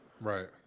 Right